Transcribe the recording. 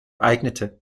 eignete